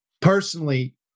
personally